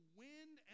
wind